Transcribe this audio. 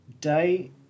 day